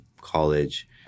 college